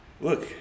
look